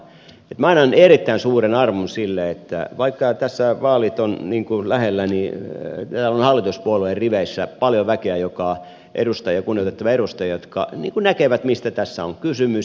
minä annan erittäin suuren arvon sille että vaikka tässä vaalit ovat lähellä niin täällä on hallituspuolueen riveissä paljon väkeä edustajia kunnioitettavia edustajia jotka näkevät mistä tässä on kysymys